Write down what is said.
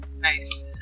nice